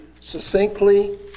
succinctly